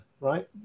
right